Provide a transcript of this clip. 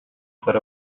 for